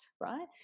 right